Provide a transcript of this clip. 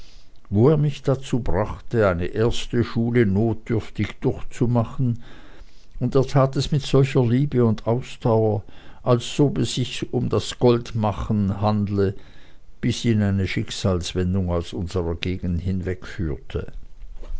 wo er mich dazu brachte eine erste schule notdürftig durchzumachen und er tat es mit solcher liebe und ausdauer als ob es sich um das goldmachen handelte bis ihn eine schicksalswendung aus unserer gegend